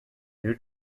new